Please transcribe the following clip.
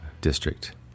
district